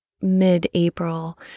mid-April